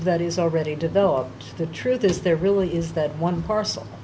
of that is already developed the truth is there really is that one par